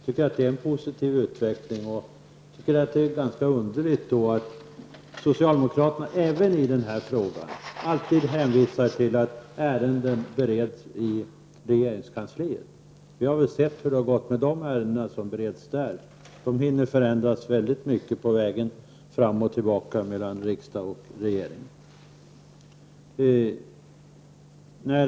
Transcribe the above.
Detta är en positiv utveckling, och jag tycker att det är underligt att socialdemokraterna i denna fråga som alltid annars hänvisar till att ärendet bereds i regeringskansliet. Vi har sett hur det har gått med ärenden som bereds där; de hinner förändras väldigt mycket på vägen fram och tillbaka mellan riksdag och regering.